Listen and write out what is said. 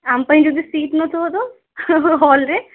ଆମ ପାଇଁ ଯଦି ସିଟ୍ ନଥିବ ତ ହଲ୍ରେ